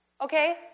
okay